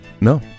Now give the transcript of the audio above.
No